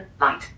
light